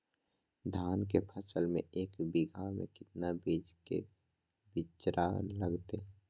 धान के फसल में एक बीघा में कितना बीज के बिचड़ा लगतय?